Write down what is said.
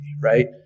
right